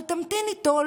אבל תמתין איתו,